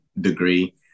degree